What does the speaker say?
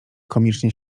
komicznie